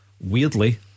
Weirdly